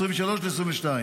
2023 ל-2022.